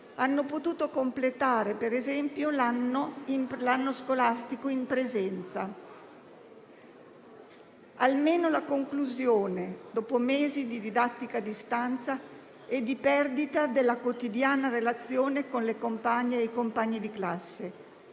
hanno potuto completare, per esempio, l'anno scolastico in presenza, almeno alla conclusione, dopo mesi di didattica a distanza e di perdita della quotidiana relazione con le compagne e i compagni di classe.